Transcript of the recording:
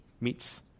meets